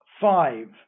five